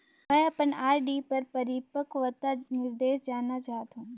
मैं अपन आर.डी पर अपन परिपक्वता निर्देश जानना चाहत हों